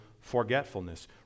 forgetfulness